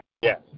Yes